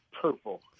purple